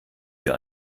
wir